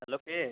hello কে